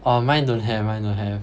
oh mine don't have mine don't have